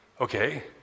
Okay